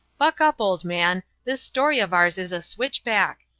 buck up, old man, this story of ours is a switchback.